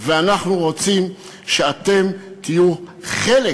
ואנחנו רוצים שאתם תהיו חלק